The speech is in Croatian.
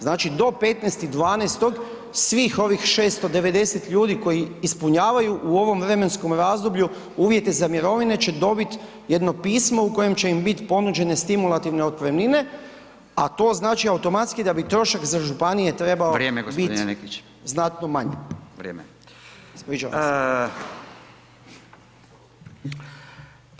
Znači, do 15.12. svih ovih 690 ljudi koji ispunjavaju u ovom vremenskom razdoblju uvjete za mirovine će dobit jedno pismo u kojem će im bit ponuđene stimulativne otpremnine, a to znači automatski da bi trošak za županije trebao [[Upadica: Vrijeme g. Nekić]] bit znatno manji [[Upadica: Vrijeme]] Ispričavam se.